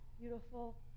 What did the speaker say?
Beautiful